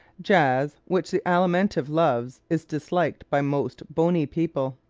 jazz, which the alimentive loves, is disliked by most bony people.